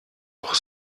auch